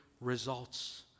results